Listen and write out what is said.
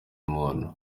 muntu